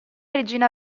regina